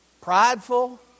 prideful